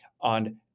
on